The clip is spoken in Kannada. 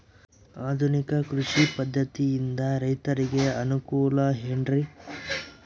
ಆಧುನಿಕ ಕೃಷಿ ಪದ್ಧತಿಯಿಂದ ರೈತರಿಗೆ ಅನುಕೂಲ ಏನ್ರಿ?